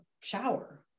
shower